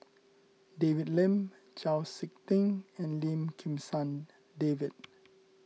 David Lim Chau Sik Ting and Lim Kim San David